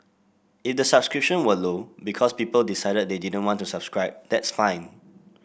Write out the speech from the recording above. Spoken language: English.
if the subscription were low because people decided they didn't want to subscribe that's fine